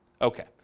okay